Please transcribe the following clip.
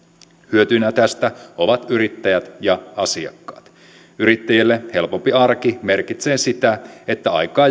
hyötyjinä tästä ovat yrittäjät ja asiakkaat yrittäjille helpompi arki merkitsee sitä että aikaa